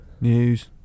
News